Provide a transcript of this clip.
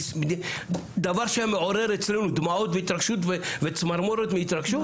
דבר שמעורר אצלנו דמעות והתרגשות וצמרמורת מהתרגשות?